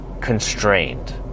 constrained